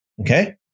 okay